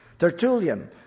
Tertullian